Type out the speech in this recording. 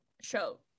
show